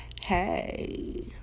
hey